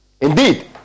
Indeed